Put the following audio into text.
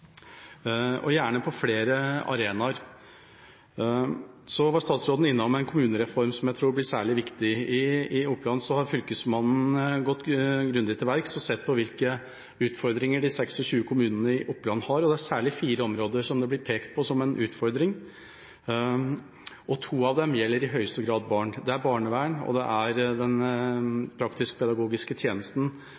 og gjerne på flere arenaer. Så var statsråden innom en kommunereform som jeg tror blir særlig viktig. I Oppland har Fylkesmannen gått grundig til verks og sett på hvilke utfordringer de 26 kommunene i Oppland har, og det er særlig fire områder som har blitt pekt på som utfordringer. To av dem gjelder i høyeste grad barn: barnevern og den praktisk-pedagogiske tjenesten. Her er det mangel på både kompetanse og kapasitet, og dermed er